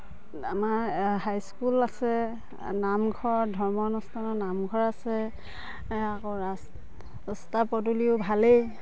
আমাৰ high school আছে নামঘৰ ধৰ্ম অনুষ্ঠান নামঘৰ আছে আকৌ ৰাচ ৰাস্তা পদূলিও ভালেই